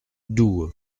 doue